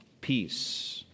peace